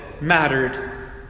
mattered